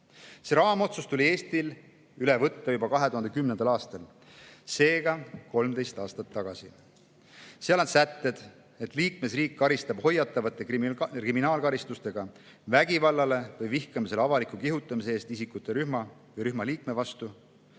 see raamotsus tuli Eestil üle võtta juba 2010. aastal, seega 13 aastat tagasi. Seal on sätted, et liikmesriik karistab hoiatavate kriminaalkaristustega vägivallale või vihkamisele avaliku kihutamise eest isikute rühma või rühma liikme vastu,